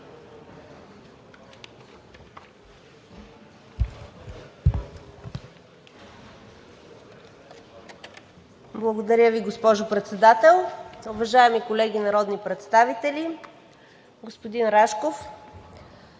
Благодаря Ви, госпожо Председател. Уважаеми колеги народни представители, господин Рашков!